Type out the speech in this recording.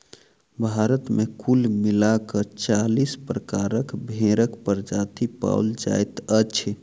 भारत मे कुल मिला क चालीस प्रकारक भेंड़क प्रजाति पाओल जाइत अछि